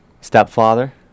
stepfather